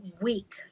week